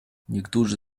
niektórzy